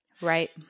right